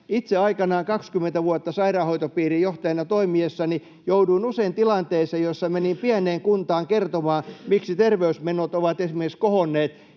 Itse aikanaan 20 vuotta sairaanhoitopiirin johtajana toimiessani jouduin usein tilanteeseen, jossa menin pieneen kuntaan kertomaan, miksi terveysmenot ovat esimerkiksi kohonneet,